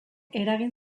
eragin